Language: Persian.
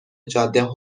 جاده